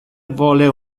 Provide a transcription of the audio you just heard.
vole